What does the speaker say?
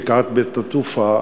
בקעת בית-נטופה,